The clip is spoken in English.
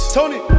Tony